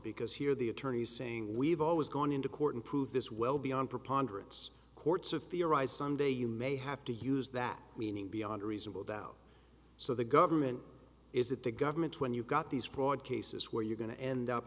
because here the attorney is saying we've always gone into court and prove this well beyond preponderance courts of theorize someday you may have to use that meaning beyond reasonable doubt so the government is that the government when you've got these broad cases where you're going to end up